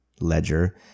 ledger